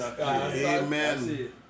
Amen